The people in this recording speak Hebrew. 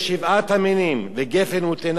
וגפן ותאנה ורימון,